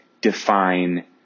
define